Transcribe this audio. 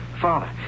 Father